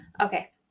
Okay